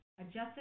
adjusted